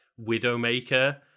Widowmaker